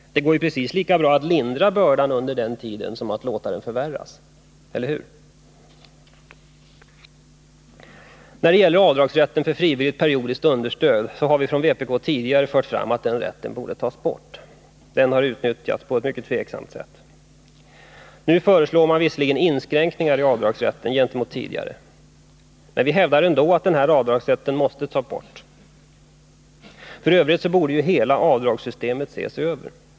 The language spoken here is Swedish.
Det går precis lika bra att lindra bördan under den tiden som att låta den förvärras — eller hur? När det gäller avdragsrätten för frivilligt periodiskt understöd har vi från vpk tidigare fört fram att den rätten borde tas bort. Den har utnyttjats på ett mycket tveksamt sätt. Nu föreslår man visserligen inskränkningar i avdragsrätten gentemot tidigare, men vi hävdar ändå att denna avdragsrätt måste tas bort. F. ö. borde hela avdragssystemet ses över.